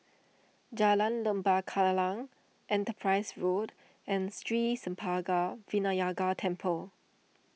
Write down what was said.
Jalan Lembah Kallang Enterprise Road and Sri Senpaga Vinayagar Temple